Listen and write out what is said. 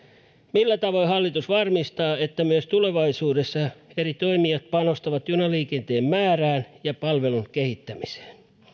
millä tavoin hallitus varmistaa että myös tulevaisuudessa eri toimijat panostavat junaliikenteen määrän ja palvelun kehittämiseen